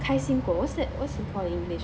开心果 what's that what's it called in english